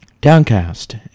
Downcast